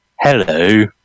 Hello